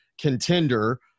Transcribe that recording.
contender